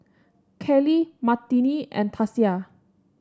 Kylie Martine and Tasia